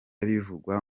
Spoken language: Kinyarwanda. bivugwa